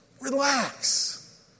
relax